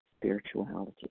spirituality